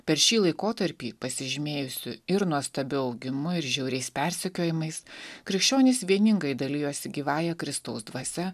per šį laikotarpį pasižymėjusiu ir nuostabiu augimu ir žiauriais persekiojimais krikščionys vieningai dalijosi gyvąja kristaus dvasia